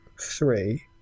three